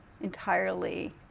entirely